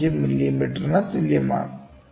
5 മില്ലിമീറ്ററിന് തുല്യമാണ്